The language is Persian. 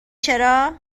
چرا